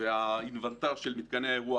והאינוונטר של מתקני האירוח,